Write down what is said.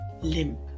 limp